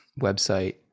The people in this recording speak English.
website